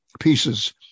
pieces